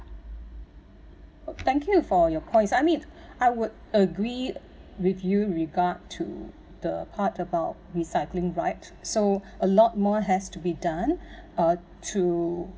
thank you for your points I mean I would agree with you regard to the part about recycling right so a lot more has to be done uh to